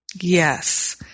Yes